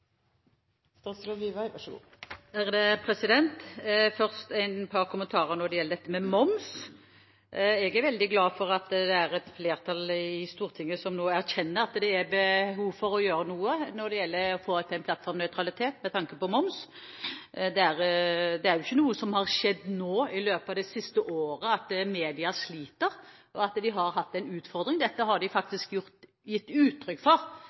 veldig glad for at det er et flertall i Stortinget som nå erkjenner at det er behov for å gjøre noe når det gjelder å få til plattformnøytralitet med tanke på moms. Dette er jo ikke noe som har skjedd nå, i løpet av de siste årene, at mediene sliter og har en utfordring. Det har de gitt uttrykk for